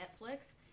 Netflix